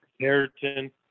keratin